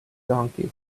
donkey